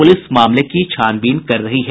police मामले की छानबीन कर रही है